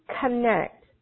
connect